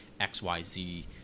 XYZ